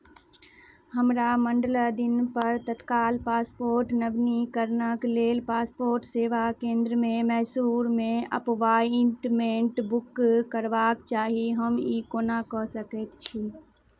हमरा मण्डल दिनपर तत्काल पासपोर्ट नवीनीकरणक लेल पासपोर्ट सेवा केन्द्रमे मैसूरमे अप्वाइंटमेंट बुक करबाक चाही हम ई कोना कऽ सकैत छी